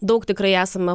daug tikrai esame